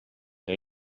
que